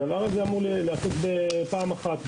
הדבר הזה אמור להיעשות בפעם אחת,